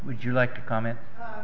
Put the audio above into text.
would you like to comment